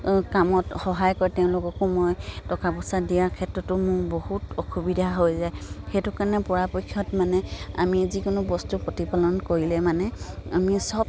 কামত সহায় কৰে তেওঁলোককো মই টকা পইচা দিয়াৰ ক্ষেত্ৰতো মোৰ বহুত অসুবিধা হৈ যায় সেইটো কাৰণে পৰাপক্ষত মানে আমি যিকোনো বস্তু প্ৰতিপালন কৰিলে মানে আমি সব